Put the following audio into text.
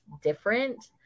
different